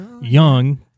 young